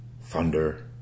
thunder